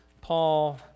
Paul